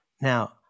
Now